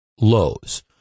lows